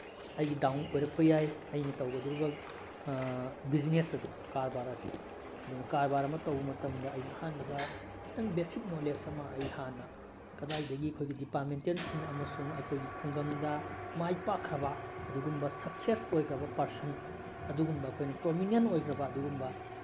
ꯑꯩꯒꯤ ꯗꯥꯎꯟ ꯑꯣꯏꯔꯛꯄ ꯌꯥꯏ ꯑꯩꯅ ꯇꯧꯒꯗꯣꯔꯤꯕ ꯕꯤꯖꯤꯅꯦꯁ ꯑꯗꯨ ꯀꯔꯕꯥꯔ ꯑꯁꯤ ꯑꯗꯨꯅ ꯀꯔꯕꯥꯔ ꯑꯃ ꯇꯧꯕ ꯃꯇꯝꯗ ꯑꯩꯅ ꯑꯍꯥꯟꯕꯗ ꯈꯤꯇꯪ ꯕꯦꯁꯤꯛ ꯅꯣꯂꯦꯖ ꯑꯃ ꯑꯩ ꯍꯥꯟꯅ ꯀꯗꯥꯏꯗꯒꯤ ꯑꯩꯈꯣꯏꯒꯤ ꯗꯤꯄꯥꯔꯠꯃꯦꯟꯇꯦꯜꯁꯤꯡ ꯑꯃꯁꯨꯡ ꯑꯩꯈꯣꯏꯒꯤ ꯈꯨꯡꯒꯪꯗ ꯃꯥꯏ ꯄꯥꯛꯈ꯭ꯔꯕ ꯑꯗꯨꯒꯨꯝꯕ ꯁꯛꯁꯦꯁ ꯑꯣꯏꯈ꯭ꯔꯕ ꯄꯔꯁꯟ ꯑꯗꯨꯒꯨꯝꯕ ꯑꯩꯈꯣꯏꯅ ꯄ꯭ꯔꯣꯃꯤꯅꯦꯟ ꯑꯣꯏꯈ꯭ꯔꯕ ꯑꯗꯨꯒꯨꯝꯕ